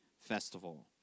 festival